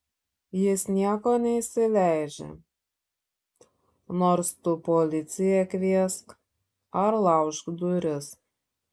jis nieko neįsileidžia nors tu policiją kviesk ar laužk duris